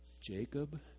Jacob